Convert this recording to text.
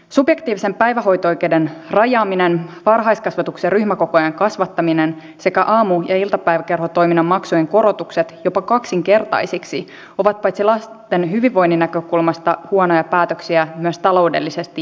subjektiivisen päivähoito oikeuden rajaaminen varhaiskasvatuksen ryhmäkokojen kasvattaminen sekä aamu ja iltapäiväkerhotoiminnan maksujen korotukset jopa kaksinkertaisiksi ovat paitsi lasten hyvinvoinnin näkökulmasta huonoja päätöksiä myös taloudellisesti järjettömiä